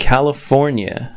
California